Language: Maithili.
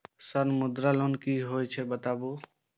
सर मुद्रा लोन की हे छे बताबू?